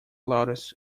loudest